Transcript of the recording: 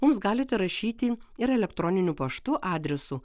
mums galite rašyti ir elektroniniu paštu adresu